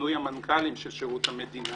מינוי המנכ"לים של שירות המדינה